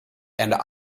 and